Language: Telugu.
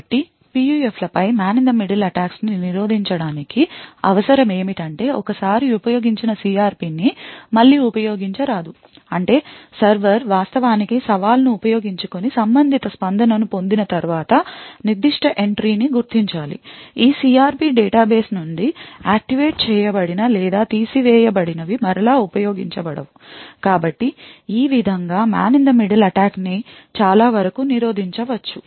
కాబట్టి PUFలపై man in the middle attacks ని నిరోధించడానికి అవసరం ఏమిటంటే ఒకసారి ఉపయోగించిన CRPని మళ్లీ ఉపయోగించరాదు అంటే సర్వర్ వాస్తవానికి సవాలును ఉపయోగించుకుని సంబంధిత స్పందనను పొందిన తర్వాత నిర్దిష్ట ఎంట్రీని గుర్తించాలి ఈ CRP డేటాబేస్ నుండి activate చేయబడిన లేదా తీసివేయబడినవి మరలా ఉపయోగించబడవు కాబట్టి ఈ విధంగా man in the middle attack ని చాలా వరకు నిరోధించవచ్చు